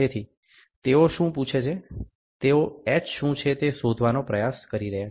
તેથી તેઓ શું પૂછે છે તેઓ h શું છે તે શોધવાનો પ્રયાસ કરી રહ્યાં છે